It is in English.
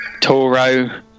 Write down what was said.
Toro